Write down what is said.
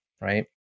right